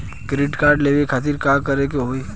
Credit card लेवे खातिर का करे के होई?